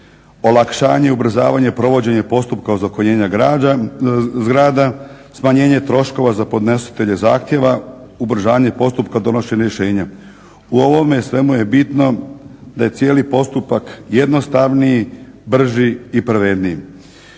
olakšanje i ubrzavanje provođenja postupka ozakonjenja zgrada, smanjenje troškova za podnositelje zahtjeva, ubrzanje postupka donošenja rješenja. U ovome svemu je bitno da je cijeli postupak jednostavniji, brži i pravedniji.